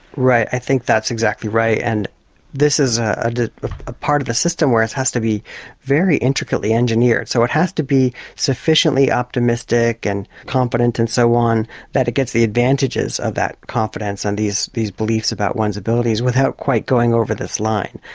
right. i think that's exactly right, and this is ah ah ah part of a system where it has to be very intricately engineered. so it has to be sufficiently optimistic and confident and so on that it gets the advantages of that confidence and these these beliefs about one's abilities without quite going over this line.